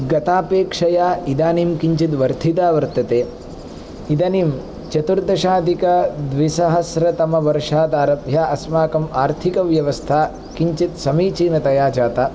गतापेक्षया इदानीं किञ्चित् वर्धिता वर्तते इदानीं चतुर्दशाधिकद्विसहस्रतमवर्षात् आरभ्य अस्माकम् आर्थिकव्यवस्था किञ्चित् समीचीनतया जाता